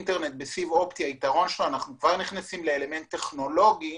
לגבי היתרון שלו, אנחנו נכנסים לאלמנט טכנולוגי